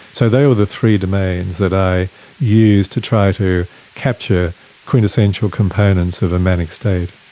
so they were the three domains that i used to try to capture quintessential components of a manic state.